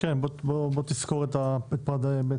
" תסקור את פרט ב'.